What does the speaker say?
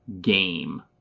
game